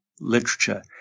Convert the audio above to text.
literature